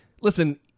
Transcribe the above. listen